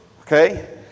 okay